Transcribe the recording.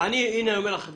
אני אומר לך חד-משמעית: